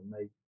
make